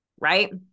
Right